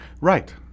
right